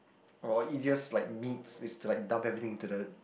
or easiest like meats is to like dump everything into the